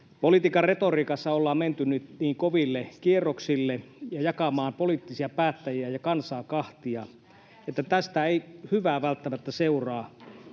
Politiikan retoriikassa ollaan menty nyt niin koville kierroksille ja jakamaan poliittisia päättäjiä ja kansaa kahtia, että tästä ei hyvää välttämättä seuraa.